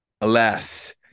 Alas –